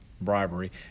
bribery